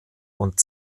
und